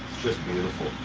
just beautiful.